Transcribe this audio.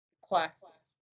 classes